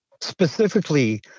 specifically